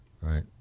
right